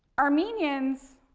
armenians,